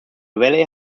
valley